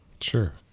Sure